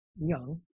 young